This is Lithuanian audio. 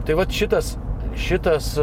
tai vat šitas šitas